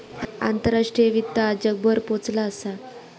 आंतराष्ट्रीय वित्त आज जगभर पोचला असा